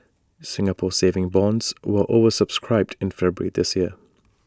Singapore saving bonds were over subscribed in February this year